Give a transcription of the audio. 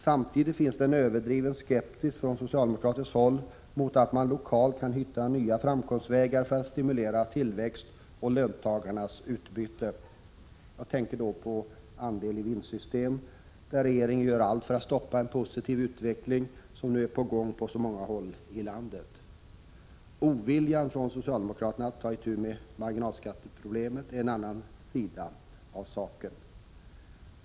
Samtidigt finns det en överdriven skepsis från socialdemokratiskt håll mot att man lokalt kan hitta nya framkomstvägar för att stimulera tillväxt och löntagarnas utbyte. Jag tänker då på andel-i-vinst-system, där regeringen gör allt för att stoppa en positiv utveckling som nu är på gång på så många håll i landet. Oviljan från socialdemokraterna att ta itu med marginalskatteproblemen är en annan sida av saken.